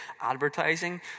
advertising